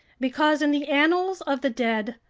because in the annals of the dead,